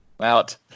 out